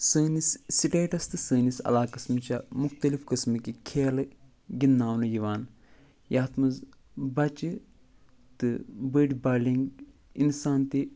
سٲنِس سِٹیٹَس تہٕ سٲنِس علاقَس منٛز چھِ مختلِف قٕسمٕکہِ کھیلہٕ گِنٛدناونہٕ یِوان یَتھ منٛز بَچہٕ تہٕ بٔڑۍ بالینگ اِنسان تہِ